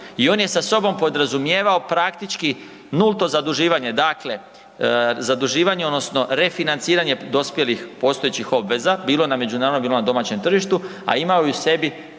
i on je sa sobom podrazumijevao praktički nulto zaduživanje. Dakle, zaduživanje odnosno refinanciranje dospjelih postojećih obveza, bilo na međunarodnom, bilo na domaćem tržištu, a imao je u sebi